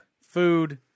food